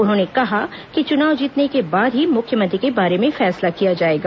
उन्होंने कहा कि चुनाव जीतने के बाद ही मुख्यमंत्री के बारे में फैसला किया जाएगा